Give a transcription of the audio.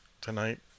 tonight